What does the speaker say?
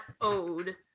owed